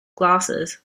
glasses